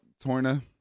Torna